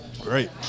Great